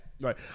Right